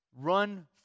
run